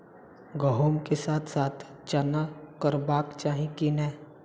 गहुम केँ साथ साथ चना करबाक चाहि की नै?